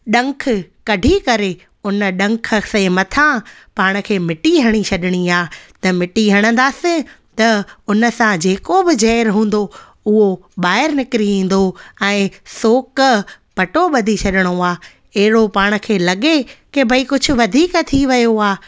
ॾंख कढी करे उन ॾंग से मथा पाण खे मिट्टी हणी छॾिणी आ त मिट्टी हणंदसि त उन सां जेको बि ज़हरु हूंदो उहो ॿाहिरि निकिरी ईंदो ऐं सोक पटो बधी छॾिणो आहे अहिड़ो पाण खे लॻे की भई कुझु वधीक थी वियो आहे